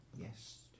yes